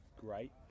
great